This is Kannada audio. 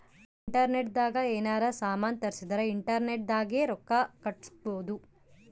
ಇಂಟರ್ನೆಟ್ ದಾಗ ಯೆನಾರ ಸಾಮನ್ ತರ್ಸಿದರ ಇಂಟರ್ನೆಟ್ ದಾಗೆ ರೊಕ್ಕ ಕಟ್ಬೋದು